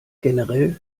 generell